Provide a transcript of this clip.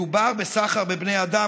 מדובר בסחר בבני אדם.